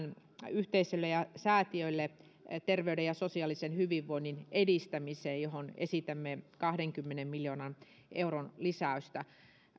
yhteisöille ja säätiöille terveyden ja sosiaalisen hyvinvoinnin edistämiseen johon esitämme kahdenkymmenen miljoonan euron lisäystä